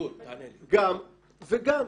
גם וגם.